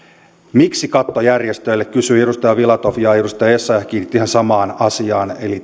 miksi katto järjestöille kysyi edustaja filatov ja edustaja essayah kiinnitti huomiota ihan samaan asiaan eli